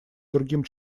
другим